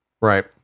Right